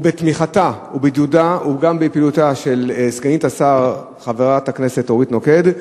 ובתמיכתה ובעידודה וגם בפעילותה של סגנית השר חברת הכנסת אורית נוקד,